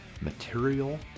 material